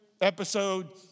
episode